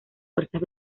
fuerzas